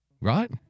Right